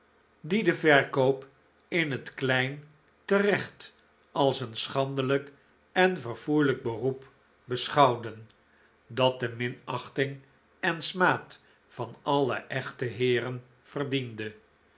die den verkoop in het klein terecht als een schandelijk en verfoeielijk beroep beschouwden dat de minachting en smaad van alle echte heeren verdiende